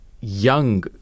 young